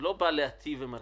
היא לא באה להיטיב עם הרשויות,